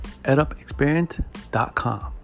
edupexperience.com